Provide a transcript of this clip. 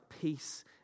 peace